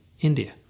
India